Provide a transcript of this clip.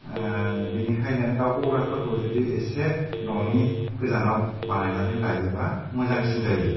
बेनिखायनो दाव गग्रा फोरखौ एसे न'नि गोजानाव बानायनानै लायोबा मोजांसिन जायो